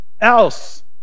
else